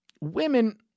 women